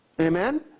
amen